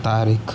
Tariq